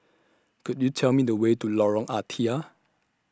Could YOU Tell Me The Way to Lorong Ah Thia